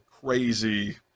crazy